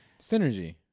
Synergy